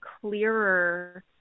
clearer